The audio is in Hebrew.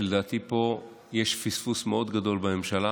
ולדעתי פה יש פספוס מאוד גדול בממשלה